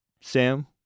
Sam